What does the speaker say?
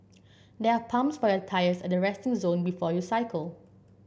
there are pumps for your tyres at the resting zone before you cycle